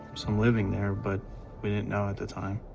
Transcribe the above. some living there, but we didn't know at the time.